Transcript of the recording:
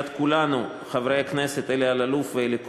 מסיעת כולנו, חברי הכנסת אלי אלאלוף ואלי כהן,